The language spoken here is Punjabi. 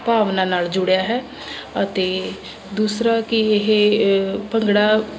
ਭਾਵਨਾ ਨਾਲ ਜੁੜਿਆ ਹੈ ਅਤੇ ਦੂਸਰਾ ਕਿ ਇਹ ਭੰਗੜਾ